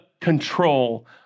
control